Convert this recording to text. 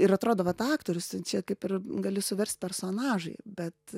ir atrodo vat aktorius tu čia kaip ir gali suverst personažui bet